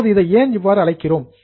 இப்போது இதை ஏன் இவ்வாறு அழைக்கிறோம்